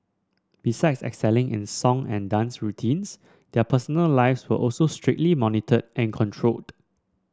besides excelling in song and dance routines their personal lives were also strictly monitored and controlled